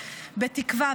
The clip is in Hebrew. בתקווה,